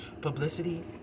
publicity